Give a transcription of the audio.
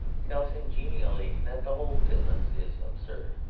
tells him genially that the whole business is absurd.